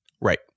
Right